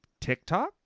TikTok